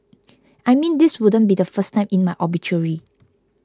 I mean this wouldn't be the first line in my obituary